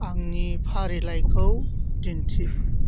आंनि फारिलाइखौ दिनथि